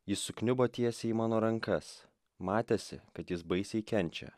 jis sukniubo tiesiai į mano rankas matėsi kad jis baisiai kenčia